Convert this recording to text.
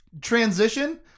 transition